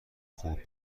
خوب